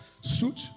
suit